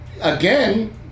again